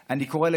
תעשייה,